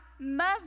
Mother